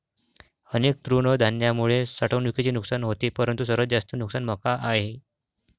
अनेक तृणधान्यांमुळे साठवणुकीचे नुकसान होते परंतु सर्वात जास्त नुकसान मका आहे